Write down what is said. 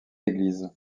églises